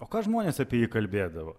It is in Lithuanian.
o ką žmonės apie jį kalbėdavo